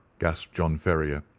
gasped john ferrier.